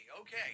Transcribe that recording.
Okay